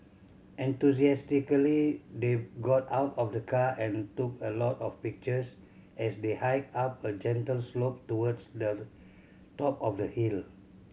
enthusiastically they got out of the car and took a lot of pictures as they hiked up a gentle slope towards the top of the hill